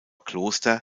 kloster